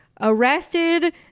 arrested